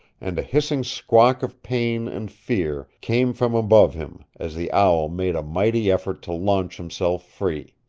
and a hissing squawk of pain and fear came from above him as the owl made a mighty effort to launch himself free.